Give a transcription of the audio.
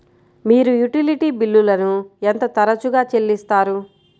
మీరు యుటిలిటీ బిల్లులను ఎంత తరచుగా చెల్లిస్తారు?